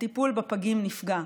הטיפול בפגים נפגע,